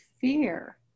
fear